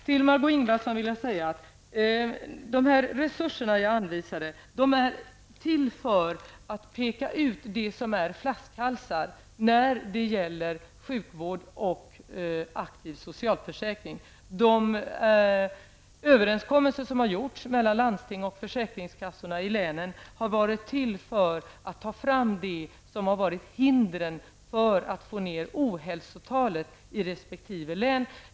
Till Margó Ingvardsson vill jag säga att de resurser som jag anvisade är till för att peka ut flaskhalsar inom sjukvård och socialförsäkring. De överenskommelser som har gjorts mellan landstingen och försäkringskassorna i länen har syftat till att klargöra vad som utgjort hinder för att få ned ohälsotalen i resp. län.